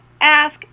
ask